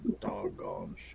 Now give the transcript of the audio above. doggone